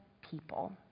people